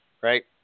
Right